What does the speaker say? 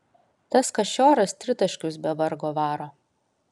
tas kašioras tritaškius be vargo varo